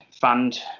fund